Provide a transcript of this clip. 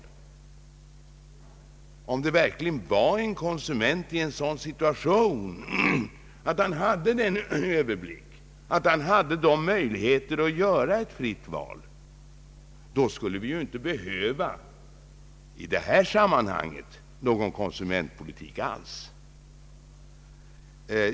Om konsumenten verkligen vore i en sådan situation att han hade den erforderliga överblicken och möjligheterna att göra ett fritt val, skulle vi ju inte behöva någon konsumentpolitik alls.